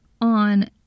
on